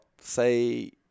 say